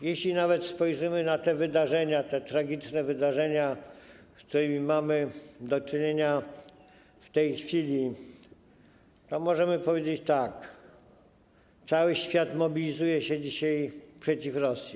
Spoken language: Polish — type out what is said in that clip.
Jeśli nawet spojrzymy na te wydarzenia, tragiczne wydarzenia, z którymi mamy do czynienia w tej chwili, to możemy powiedzieć tak: cały świat mobilizuje się dzisiaj przeciw Rosji.